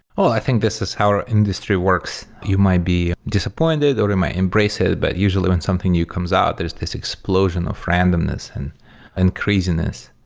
oh, i think this is how our industry works. you might be disappointed or you might embrace it, but usually when something new comes out, there's this explosion of randomness and craziness,